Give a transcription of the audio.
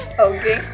Okay